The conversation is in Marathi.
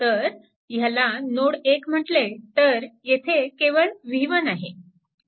तर ह्याला नोड 1 म्हटले तर येथे केवळ v1 आहे